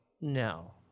No